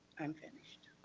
i'm finished.